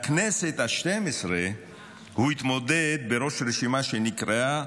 לכנסת השתים-עשרה הוא התמודד בראש רשימה שנקראה,